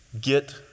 get